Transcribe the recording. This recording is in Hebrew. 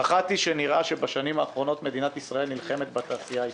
האחת היא שנראה שבשנים האחרונות מדינת ישראל נלחמת בתעשייה הישראלית,